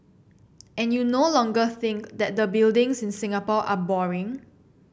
and you no longer think that the buildings in Singapore are boring